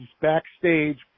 backstage